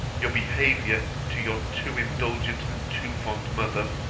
your behaviour to your too-indulgent and too-fond mother